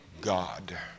God